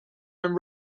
and